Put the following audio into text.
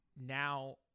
now